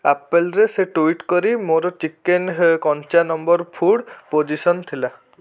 ଆପେଲ୍ରେ tweet କରି ମୋର chicken ହେ କଞ୍ଚା ନମ୍ବର୍ ଫୁଡ୍ ପୋଜିସନ୍ ଥିଲା